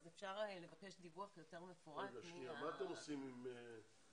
אז אפשר לבקש דיווח יותר מפורט מה --- מה אתם עושים עם שכונות